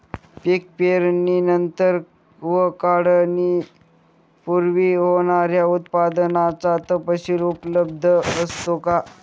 पीक पेरणीनंतर व काढणीपूर्वी होणाऱ्या उत्पादनाचा तपशील उपलब्ध असतो का?